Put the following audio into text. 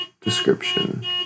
description